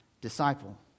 disciple